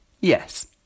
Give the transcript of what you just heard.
Yes